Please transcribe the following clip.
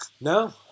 No